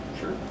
sure